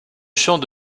champ